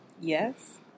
Yes